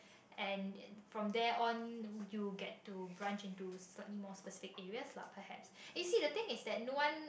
and from there on you get to branch into slightly more specific areas lah perhaps and you see the thing is that no one